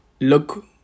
look